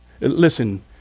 Listen